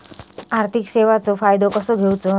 आर्थिक सेवाचो फायदो कसो घेवचो?